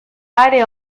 are